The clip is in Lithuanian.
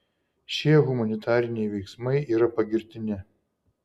šie humanitariniai veiksmai yra pagirtini